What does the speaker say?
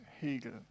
Hegel